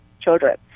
children